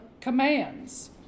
commands